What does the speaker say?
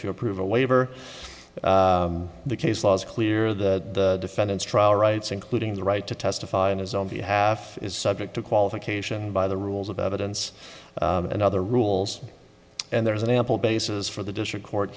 to approve a waiver the case law is clear the defendant's trial rights including the right to testify in his own behalf is subject to qualification by the rules of evidence and other rules and there is an ample basis for the district court